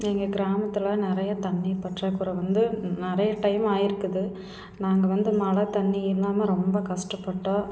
எங்கள் கிராமத்தில் நிறையா தண்ணீர் பற்றாக்குறை வந்து நிறைய டைம் ஆயிருக்குது நாங்கள் வந்து மழை தண்ணி இல்லாமல் ரொம்ப கஷ்டப்பட்டோம்